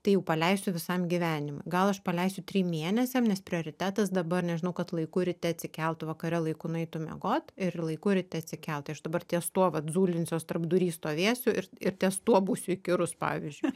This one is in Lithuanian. tai jau paleisiu visam gyvenimui gal aš paleisiu trim mėnesiam nes prioritetas dabar nežinau kad laiku ryte atsikeltų vakare laiku nueitų miegot ir laiku ryte atsikelt tai aš dabar ties tuo vat zulinsiuos tarpdury stovėsiu ir ir ties tuo būsiu įkyrus pavyzdžiui